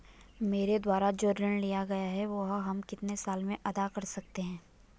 मेरे द्वारा जो ऋण लिया गया है वह हम कितने साल में अदा कर सकते हैं?